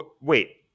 wait